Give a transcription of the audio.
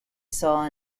saw